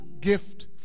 gift